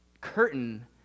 curtain